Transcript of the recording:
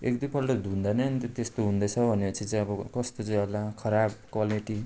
एक दुईपल्ट धुँदा नि अन्त त्यस्तो हुँदैछ भनेपछि चाहिँ अब कस्तो चाहिँ होला खराब क्वालिटी